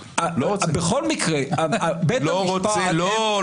בכל מקרה בית המשפט -- לא רוצה, לא.